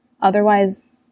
otherwise